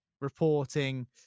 reporting